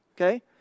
Okay